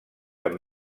amb